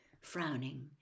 frowning